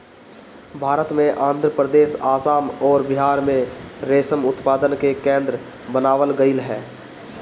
भारत में आंध्रप्रदेश, आसाम अउरी बिहार में रेशम उत्पादन के केंद्र बनावल गईल ह